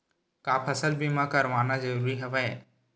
का फसल बीमा करवाना ज़रूरी हवय?